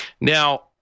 Now